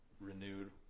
Renewed